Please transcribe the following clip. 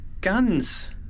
Guns